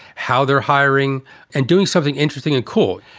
how they're hiring and doing something interesting and cool.